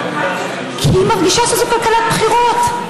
כי היא מרגישה שזו כלכלת בחירות.